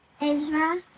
Ezra